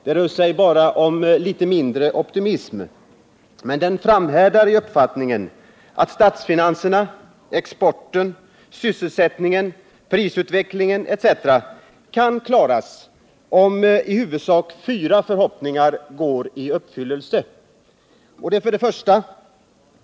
Det rör sig bara om litet mindre optimism. Utskottsmajoriteten framhärdar i uppfattningen att statsfinanserna, exporten, sysselsättningen, prisutvecklingen etc. kan klaras, om i huvudsak fyra förhoppningar går i uppfyllelse: 1.